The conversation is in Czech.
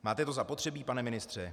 Máte to zapotřebí, pane ministře?